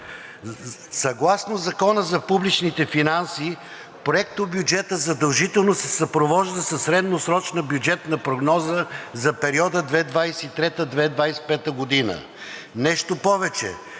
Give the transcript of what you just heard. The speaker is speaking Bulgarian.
Съгласно Закона за публичните финанси проектобюджетът задължително се съпровожда със средносрочна бюджетна прогноза за периода 2023 – 2025 г., нещо повече,